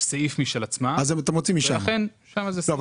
סעיף משל עצמם, לכן -- אני